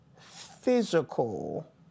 physical